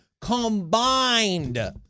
combined